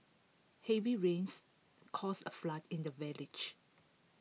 heavy rains caused A flood in the village